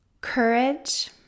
courage